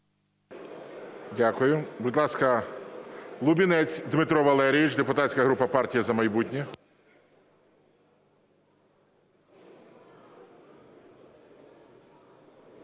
Дякую. Будь ласка, Лубінець Дмитро Валерійович, депутатська група "Партія "За майбутнє".